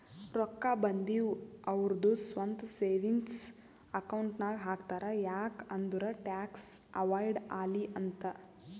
ರೊಕ್ಕಾ ಬಂದಿವ್ ಅವ್ರದು ಸ್ವಂತ ಸೇವಿಂಗ್ಸ್ ಅಕೌಂಟ್ ನಾಗ್ ಹಾಕ್ತಾರ್ ಯಾಕ್ ಅಂದುರ್ ಟ್ಯಾಕ್ಸ್ ಅವೈಡ್ ಆಲಿ ಅಂತ್